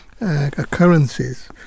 occurrences